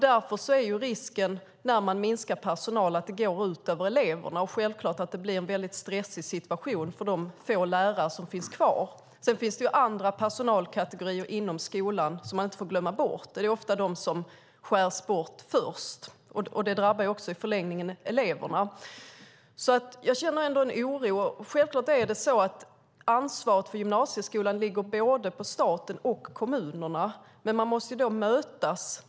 Därför är risken, när man minskar personal, att det går ut över eleverna och självklart att det blir en mycket stressig situation för de få lärare som finns kvar. Det finns också andra personalkategorier inom skolan som man inte får glömma bort. Det är ofta de som skärs bort först, och det drabbar i förlängningen eleverna. Jag känner alltså en oro. Självklart ligger ansvaret för gymnasieskolan på både staten och kommunerna. Men man måste mötas.